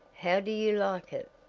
how do you like it?